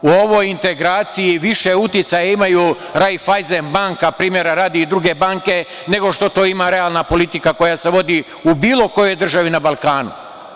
U ovoj integraciji više uticaja imaju „Rajfajzen banka“, primera radi, i druge banke, nego što to ima realna politika koja se vodi u bilo kojoj državi na Balkanu.